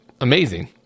amazing